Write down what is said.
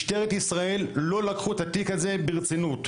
משטרת ישראל לא לקחו את התיק הזה ברצינות.